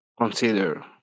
consider